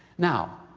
now,